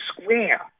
Square